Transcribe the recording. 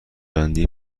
بندی